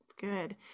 Good